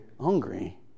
hungry